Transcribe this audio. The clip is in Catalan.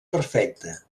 perfecte